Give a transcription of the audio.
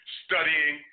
studying